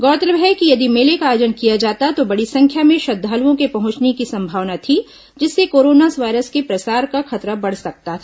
गौरतलब है कि यदि मेले का आयोजन किया जाता तो बड़ी संख्या में श्रद्वालुओं के पहुंचने की संभावना थी जिससे कोरोना वायरस के प्रसार का खतरा बढ़ सकता था